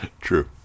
True